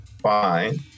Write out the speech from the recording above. fine